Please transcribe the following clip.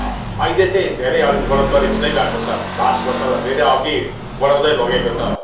अहिले चाहिँ धेरै अडिग बढोत्तरी हुँदै गएको छ भारतवर्षलाई धेरै अघि बढाउँदै लगेको छ